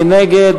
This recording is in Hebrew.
מי נגד?